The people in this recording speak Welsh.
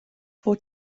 fod